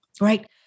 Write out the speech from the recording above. right